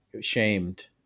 shamed